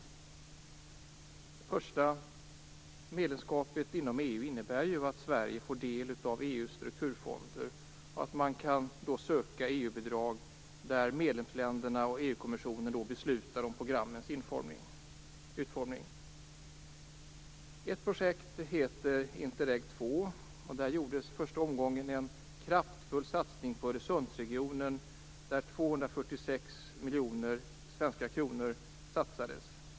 Det första som medlemskapet i EU innebär är att Sverige får del av EU:s strukturfonder, och att man kan söka EU-bidrag där medlemsländerna och EU kommissionen beslutar om programmens utformning. Ett projekt heter Interreg II. I det gjordes i första omgången en kraftfull satsning på Öresundsregionen, där 246 miljoner svenska kronor satsades.